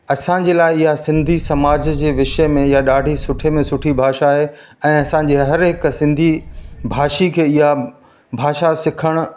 असांजे लाइ इहा सिंधी समाज जे विषय में इहा ॾाढी सुठे में सुठी भाषा आहे ऐं असांजे हर हिकु सिंधी भाषी खे इहा भाषा सिखणु